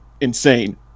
insane